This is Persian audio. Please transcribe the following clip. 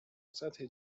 سطح